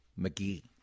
McGee